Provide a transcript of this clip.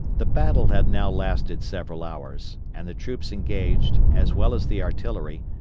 the battle had now lasted several hours, and the troops engaged, as well as the artillery,